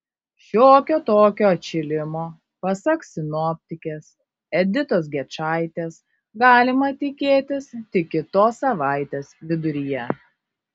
šiokio tokio atšilimo pasak sinoptikės editos gečaitės galima tikėtis tik kitos savaitės viduryje